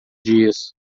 dias